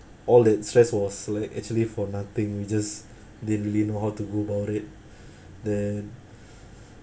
all that stress was like actually for nothing you just didn't really know how to go about it then